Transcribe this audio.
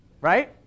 Right